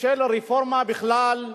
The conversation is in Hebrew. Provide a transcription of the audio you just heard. של רפורמה בכלל,